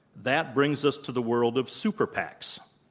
that brings us to the world of super pacs.